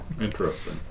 interesting